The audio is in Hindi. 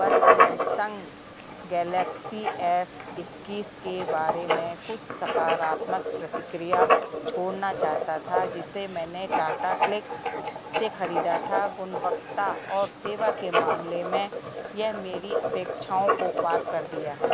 बस सैमसन्ग गैलेक्सी एस इक्कीस के बारे में कुछ सकारात्मक प्रतिक्रिया छोड़ना चाहता था जिसे मैंने टाटा क्लिक से खरीदा था गुणवत्ता और सेवा के मामले में यह मेरी अपेक्षाओं को पार कर दिया है